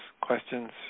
questions